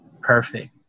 Perfect